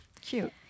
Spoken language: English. Cute